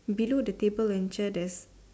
below the table and chair there's